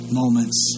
moments